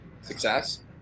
success